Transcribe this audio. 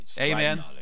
Amen